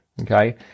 okay